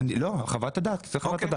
צריך חוות דעת.